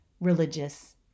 religious